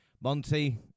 Monty